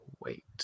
Wait